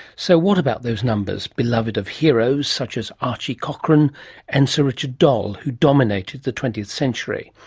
so what about those numbers, beloved of heroes such as archie cochrane and sir richard doll, who dominated the twentieth century?